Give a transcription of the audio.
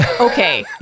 Okay